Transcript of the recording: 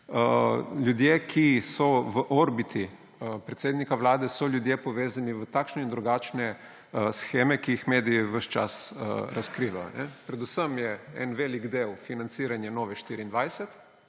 ljudje, ki so v orbiti predsednika Vlade, so ljudje povezani v takšne in drugačne sheme, ki jih mediji ves čas razkrivajo. Predvsem je en velik del financiranje Nove24,